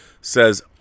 says